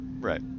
right